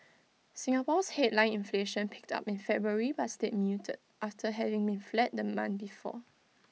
Singapore's headline inflation picked up in February but stayed muted after having been flat the month before